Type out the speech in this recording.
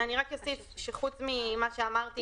שחוץ ממה שאמרתי,